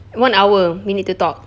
one hour we need to talk